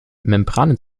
membranen